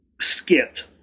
skipped